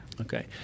okay